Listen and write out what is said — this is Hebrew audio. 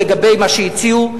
לגבי מה שהציעו,